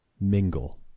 mingle